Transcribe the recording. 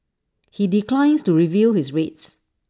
he declines to reveal his rates